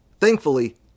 Thankfully